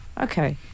Okay